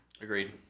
Agreed